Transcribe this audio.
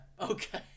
okay